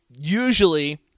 usually